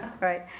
right